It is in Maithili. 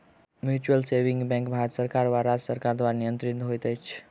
म्यूचुअल सेविंग बैंक भारत सरकार वा राज्य सरकार द्वारा नियंत्रित होइत छै